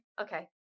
Okay